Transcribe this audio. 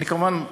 כמובן,